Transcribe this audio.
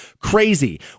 crazy